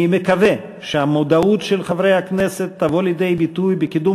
אני מקווה שהמודעות של חברי הכנסת תבוא לידי ביטוי בקידום